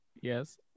Yes